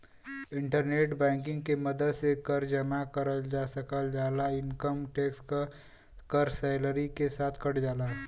internet banking के मदद से कर जमा करल जा सकल जाला इनकम टैक्स क कर सैलरी के साथ कट जाला